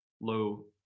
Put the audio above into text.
low